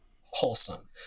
wholesome